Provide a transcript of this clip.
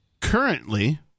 currently